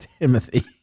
Timothy